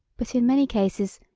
but, in many cases,